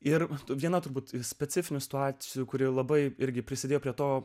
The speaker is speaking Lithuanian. ir tu viena turbūt specifinių situacijų kuri labai irgi prisidėjo prie to